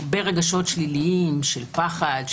הרבה רגשות שליליים, של פחד.